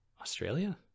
Australia